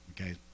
Okay